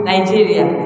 Nigeria